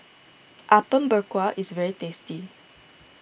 Apom Berkuah is very tasty